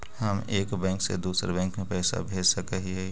हम एक बैंक से दुसर बैंक में पैसा भेज सक हिय?